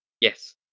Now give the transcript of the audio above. Yes